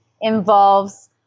involves